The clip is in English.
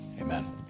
amen